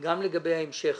גם לגבי ההמשך